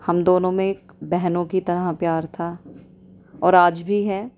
ہم دونوں میں ایک بہنوں کی طرح پیار تھا اور آج بھی ہے